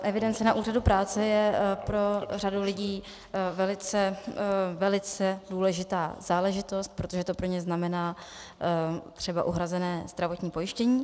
Evidence na úřadu práce je pro řadu lidí velice důležitá záležitost, protože to pro ně znamená třeba uhrazené zdravotní pojištění.